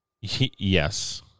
Yes